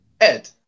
Ed